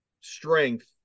strength